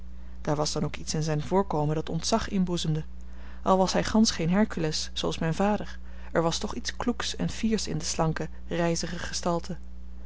daar was dan ook iets in zijn voorkomen dat ontzag inboezemde al was hij gansch geen hercules zooals mijn vader er was toch iets kloeks en fiers in de slanke rijzige gestalte